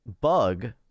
Bug